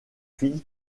fille